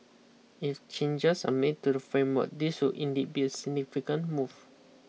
if changes are made to the framework this would indeed be a significant move